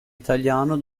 italiano